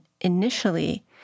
initially